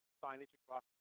signage across